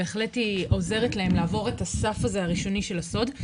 בהחלט היא עוזרת לעזור את הסף הראשוני של הסוד,